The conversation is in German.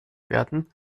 werden